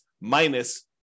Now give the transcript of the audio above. minus